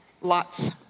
lots